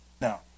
now